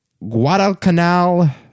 Guadalcanal